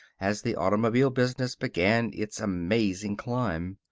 as the automobile business began its amazing climb.